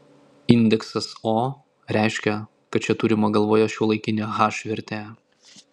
indeksas o reiškia kad čia turima galvoje šiuolaikinė h vertė